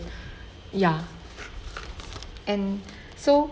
ya and so